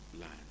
land